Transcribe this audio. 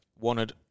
wanted